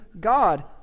God